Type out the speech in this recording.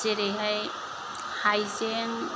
जेरैहाय हायजें